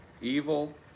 evil